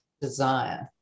desire